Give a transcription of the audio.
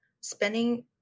spending